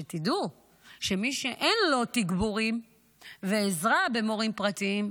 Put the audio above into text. שתדעו, מי שאין לו תגבורים ועזרה במורים פרטיים,